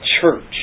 church